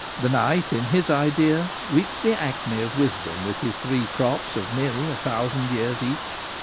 the knight, in his idea, reached the acme of wisdom with his three crops of nearly a thousand years each.